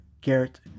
Garrett